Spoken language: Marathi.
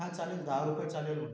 हां चालेल दहा रुपये चालेल मग